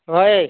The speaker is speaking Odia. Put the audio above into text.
ହଏ